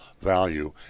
value